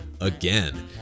again